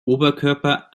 oberkörper